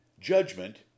Judgment